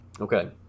Okay